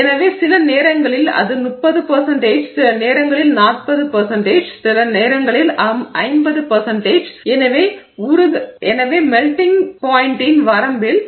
எனவே சில நேரங்களில் அது 30 சில நேரங்களில் 40 சில நேரங்களில் 50 எனவே மெல்டிங் பாய்ண்ட்டின் வரம்பில் 0